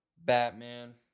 Batman